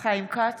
חיים כץ,